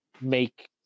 make